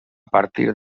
partir